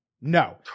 No